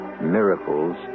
Miracles